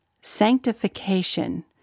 Sanctification